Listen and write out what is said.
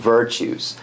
Virtues